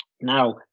now